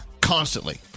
Constantly